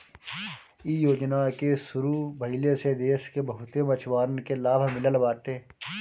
इ योजना के शुरू भइले से देस के बहुते मछुआरन के लाभ मिलल बाटे